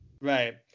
Right